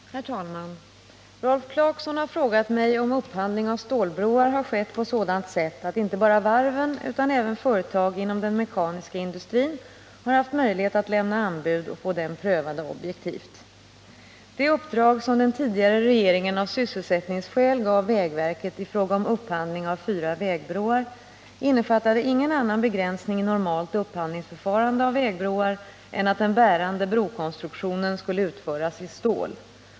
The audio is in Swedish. Herr talman! Rolf Clarkson har frågat mig om upphandling av stålbroar har skett på sådant sätt att inte bara varven utan även företag inom den mekaniska industrin har haft möjlighet att lämna anbud och få dem prövade objektivt. Det uppdrag som den tidigare regeringen av sysselsättningsskäl gav vägverket i fråga om upphandling av fyra vägbroar innefattade ingen annan begränsning i normalt upphandlingsförfarande av vägbroar än att den bärande brokonstruktionen skulle utföras i stål.